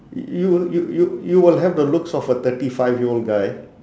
you will you you you will have the looks of a thirty five year old guy